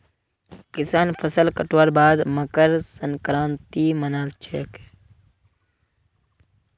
किसान फसल कटवार बाद मकर संक्रांति मना छेक